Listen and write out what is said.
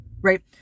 Right